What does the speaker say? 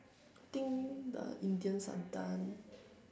think the Indians are done